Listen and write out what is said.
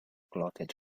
clotted